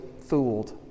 fooled